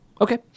Okay